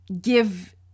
give